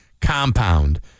compound